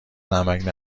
نمکـ